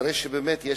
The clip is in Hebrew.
כנראה באמת יש